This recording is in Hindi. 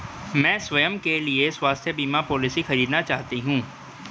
मैं स्वयं के लिए स्वास्थ्य बीमा पॉलिसी खरीदना चाहती हूं